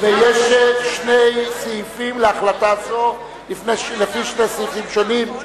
יש שני סעיפים להחלטה זו, לפי שני סעיפים שונים.